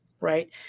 right